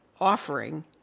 offering